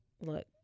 look